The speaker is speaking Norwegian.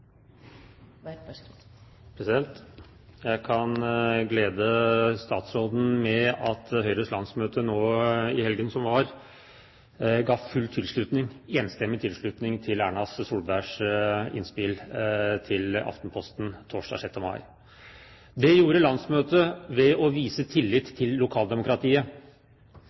Jeg kan glede statsråden med at Høyres landsmøte nå i helgen som var, ga enstemmig tilslutning til Erna Solbergs innspill i Aftenposten torsdag 6. mai. Det gjorde landsmøtet ved å vise tillit til lokaldemokratiet,